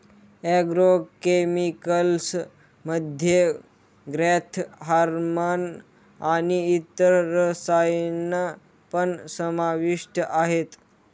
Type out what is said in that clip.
agro chemicals मध्ये growth hormone आणि इतर रसायन पण समाविष्ट आहेत